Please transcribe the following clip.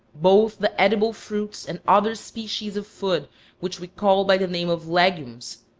both the edible fruits and other species of food which we call by the name of legumes,